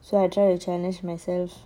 so I try to challenge myself